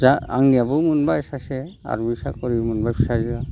जा आंनियाबो मोनबाय सासे आर्मि साकरि मोनबाय फिसाजोआ